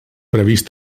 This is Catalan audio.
previst